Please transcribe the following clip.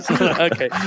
Okay